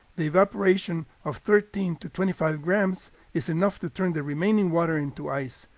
the evaporation of thirteen to twenty five grams is enough to turn the remaining water into ice,